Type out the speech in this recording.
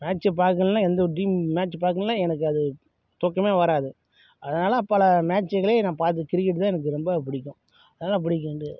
மேட்ச்சை பார்க்குலன்னா எந்த ஒரு டீம் மேட்ச் பார்க்குலன்னா எனக்கு அது தூக்கமே வராது அதனால் பல மேட்ச்களை நான் பார்த்து கிரிக்கெட்டு தான் எனக்கு ரொம்ப பிடிக்கும் நல்லா பிடிக்கும் வந்து